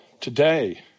today